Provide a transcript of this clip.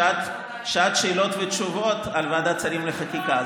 שעת שאלות ותשובות על ועדת השרים לחקיקה.